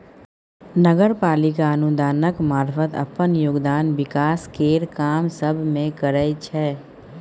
नगर पालिका अनुदानक मारफत अप्पन योगदान विकास केर काम सब मे करइ छै